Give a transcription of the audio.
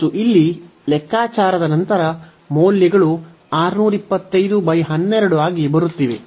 ಮತ್ತು ಇಲ್ಲಿ ಲೆಕ್ಕಾಚಾರದ ನಂತರ ಮೌಲ್ಯಗಳು 62512 ಆಗಿ ಬರುತ್ತಿವೆ